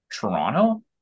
Toronto